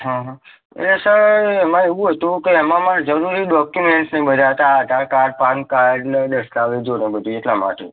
હં હં અરે સર એમાં એવું હતું કે એમાં મારાં જરૂરી ડોક્યુમેન્ટ્સ ને બધાં હતાં આધાર કાર્ડ પાન કાર્ડ ને દસ્તાવેજો ને બધું એટલાં માટે